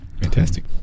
fantastic